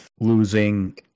losing